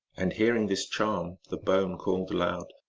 and hearing this charm the bone called aloud,